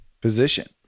position